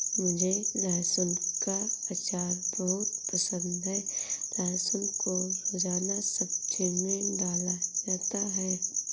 मुझे लहसुन का अचार बहुत पसंद है लहसुन को रोजाना सब्जी में डाला जाता है